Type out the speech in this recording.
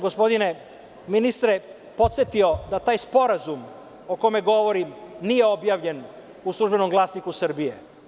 Gospodine ministre, podsetio bih vas da taj sporazum o kojem govorim nije objavljen u „Službenom glasniku“ Srbije.